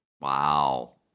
wow